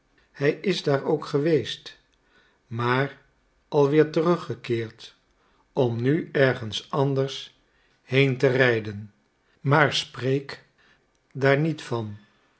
hij is daar ook geweest maar al weer teruggekeerd om nu ergens anders heen te rijden maar spreek daar niet van